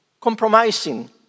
compromising